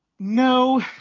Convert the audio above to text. No